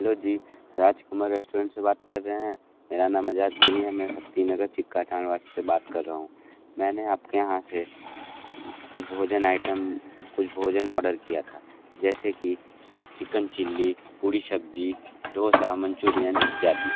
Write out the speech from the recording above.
hello जी Rajkumar restaurant से बात कर रहे हैं मेरा नाम आज़ाद गिरी है मैं हत्ती नगर चिक्का ठाणवाण से बात कर रहा हूँ मैंने आपके यहाँ से कुछ भोजन आइटम कुछ भोजन ऑर्डर किया था जैसे कि चिकन चिल्ली पूड़ी सब्जी डोसा मंचुरियन इत्यादि